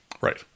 Right